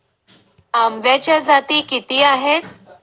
आंब्याच्या जाती किती आहेत?